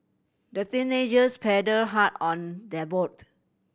the teenagers paddle hard on their boat